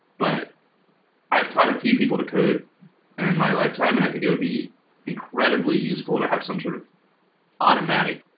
but i've taught a few people to code in and my lifetime and i think it would be incredibly useful to have some sort of automatic